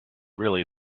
really